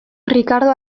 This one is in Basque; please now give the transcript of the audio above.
rikardo